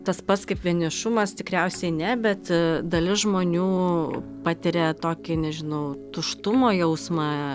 tas pats kaip vienišumas tikriausiai ne bet dalis žmonių patiria tokį nežinau tuštumo jausmą